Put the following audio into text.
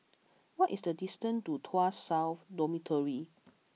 what is the distance to Tuas South Dormitory